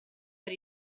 per